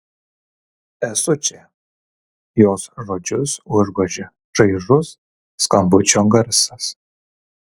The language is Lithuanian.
esu čia jos žodžius užgožė čaižus skambučio garsas